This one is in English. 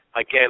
again